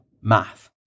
math